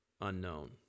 unknown